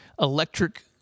electric